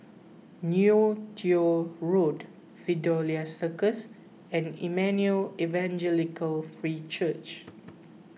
Neo Tiew Road Fidelio Circus and Emmanuel Evangelical Free Church